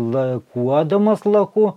lakuodamas laku